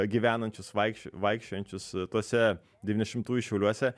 gyvenančius vaikščio vaikščiojančius tuose devyniasdešimųjų šiauliuose